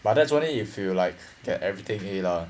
but that's only if you like get everything a lah